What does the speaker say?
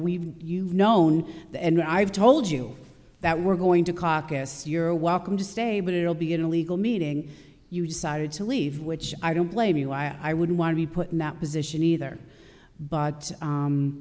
we've you known and i've told you that we're going to caucus you're welcome to stay but it will be an illegal meeting you decided to leave which i don't blame you i wouldn't want to be put in that position either but